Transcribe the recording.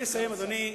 אני אסיים, אדוני.